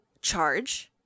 charge